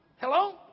Hello